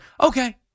okay